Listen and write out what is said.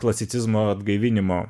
klasicizmo atgaivinimo